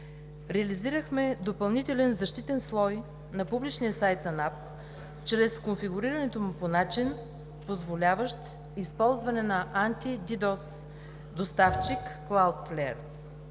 реализирахме допълнителен защитен слой на публичния сайт на НАП чрез конфигурирането му по начин, позволяващ използване на анти- DDoS доставчик клауд